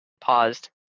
paused